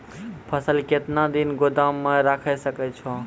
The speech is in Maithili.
फसल केतना दिन गोदाम मे राखै सकै छौ?